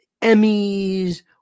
Emmys